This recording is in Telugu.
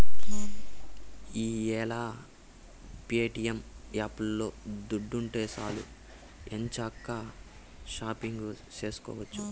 ఈ యేల ప్యేటియం యాపులో దుడ్డుంటే సాలు ఎంచక్కా షాపింగు సేసుకోవచ్చు